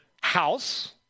House